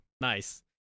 Nice